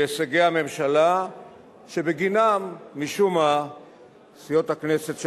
להישגי הממשלה שבגינם משום מה סיעות הכנסת של